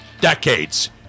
decades